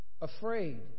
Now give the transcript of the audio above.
afraid